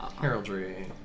Heraldry